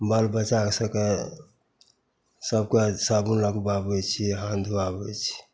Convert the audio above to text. बालबच्चा सभकेँ सभकेँ साबुन लगबाबै छिए हाथ धोआबै छिए